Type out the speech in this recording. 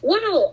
Wow